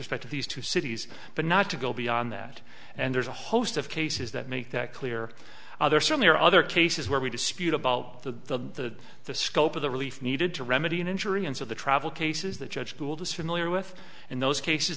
respect to these two cities but not to go beyond that and there's a host of cases that make that clear other certainly are other cases where we dispute about the the scope of the relief needed to remedy an injury and so the travel cases the judge pool to similar with in those cases